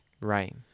right